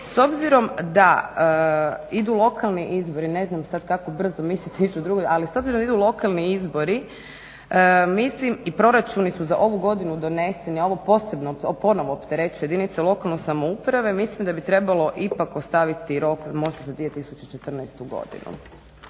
S obzirom da idu lokalni izbori ne znam sad kako brzo mislite ići u drugo čitanje, ali s obzirom da idu lokalni izbori i proračuni su za ovu godinu doneseni, a ovo ponovno opterećuje jedinice lokalne samouprave mislim da bi trebalo ipak ostaviti rok možda za 2014. godinu.